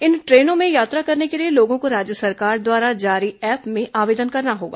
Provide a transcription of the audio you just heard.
इन ट्रेनों में यात्रा करने के लिए लोगों को राज्य सरकार द्वारा जारी ऐप में आवेदन करना होगा